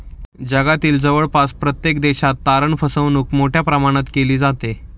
जगातील जवळपास प्रत्येक देशात तारण फसवणूक मोठ्या प्रमाणात केली जाते